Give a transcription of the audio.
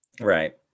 Right